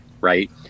right